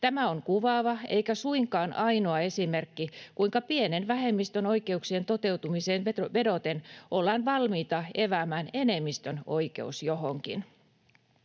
Tämä on kuvaava eikä suinkaan ainoa esimerkki, kuinka pienen vähemmistön oikeuksien toteutumiseen vedoten ollaan valmiita eväämään enemmistön oikeus johonkin.